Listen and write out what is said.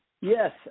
Yes